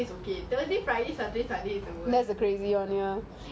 you see ah because I left the house around five